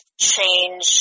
change